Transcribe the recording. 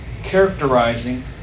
characterizing